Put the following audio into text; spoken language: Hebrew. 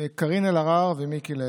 קארין אלהרר ומיקי לוי,